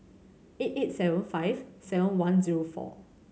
eight eight seven five seven one zero four